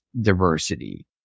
diversity